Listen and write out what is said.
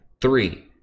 Three